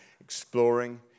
exploring